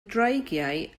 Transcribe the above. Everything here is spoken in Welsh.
dreigiau